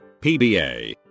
PBA